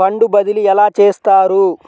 Fund బదిలీ ఎలా చేస్తారు?